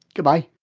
goodbye